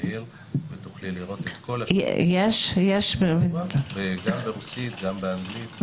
ב-gov.il ותוכלי לראות, גם ברוסית, גם באנגלית.